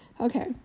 Okay